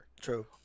True